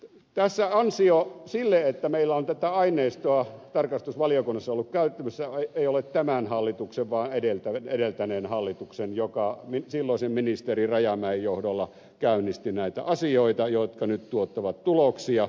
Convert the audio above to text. tässä ansio sille että meillä on tätä aineistoa tarkastusvaliokunnassa ollut käytettävissä ei ole tämän hallituksen vaan edeltäneen hallituksen joka silloisen ministerin rajamäen johdolla käynnisti näitä asioita jotka nyt tuottavat tuloksia